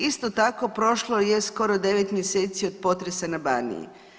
Isto tako, prošlo je skoro 9 mjeseci od potresa na Baniji.